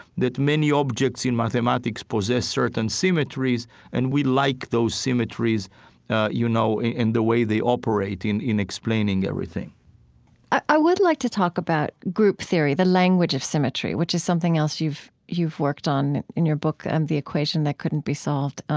that many objects in mathematics possess certain symmetries and we like those symmetries you know in in the way they operate in in explaining everything i would like to talk about group theory, the language of symmetry, which is something else you've you've worked on in your book and the equation that couldn't be solved,